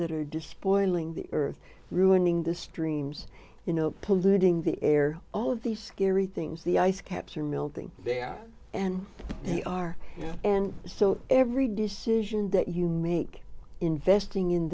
that are despoiling the earth ruining the streams you know polluting the air all of these scary things the ice caps are melting and they are and so every decision that you make investing in